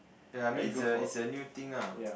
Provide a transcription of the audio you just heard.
ya I mean is a is a new thing ah